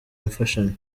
imfashanyo